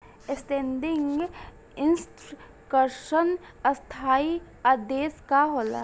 Standing instruction स्थाई आदेश का होला?